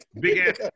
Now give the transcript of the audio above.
Big-ass